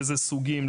איזה סוגים,